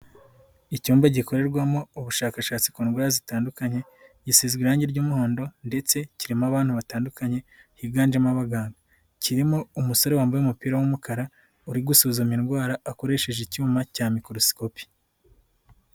Icyumba gikorerwamo ubushakashatsi ku ndwara zitandukanye, gisizwe irangi ry'umuhondo, ndetse kirimo abantu batandukanye, higanjemo abaganga. Kirimo umusore wambaye umupira w'umukara, uri gusuzuma indwara akoresheje icyuma cya Mikorosikopi.